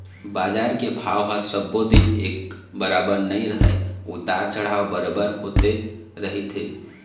बजार के भाव ह सब्बो दिन एक बरोबर नइ रहय उतार चढ़ाव बरोबर होते रहिथे